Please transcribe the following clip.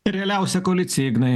realiausia koalicija ignai